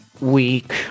week